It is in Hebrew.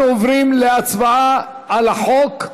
אנחנו עוברים להצבעה על החוק,